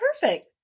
perfect